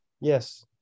Yes